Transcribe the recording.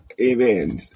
Amen